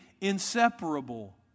inseparable